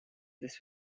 this